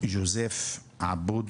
ג'וזיף עבוד